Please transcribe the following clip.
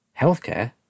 Healthcare